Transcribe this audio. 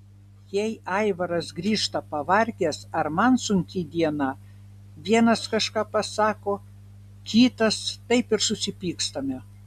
jei aivaras grįžta pavargęs ar man sunki diena vienas kažką pasako kitas taip ir susipykstame